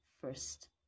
first